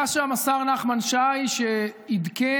היה שם השר נחמן שי, שעדכן